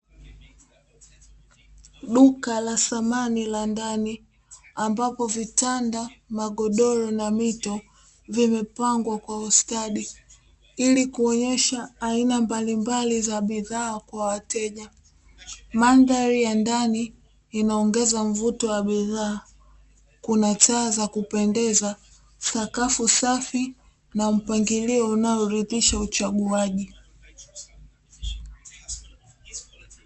Duka la samani la ndani ambapo vitanda magodoro na mito, vimepangwa kwa ustadi ili kuonyesha aina mbalimbali za bidhaa kwa wateja. Mandhari ya ndani inaongeza mvuto wa bidhaa kuna chaza kupendeza sakafu safi na mpangilio unaoridhisha uchaguzi.